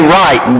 right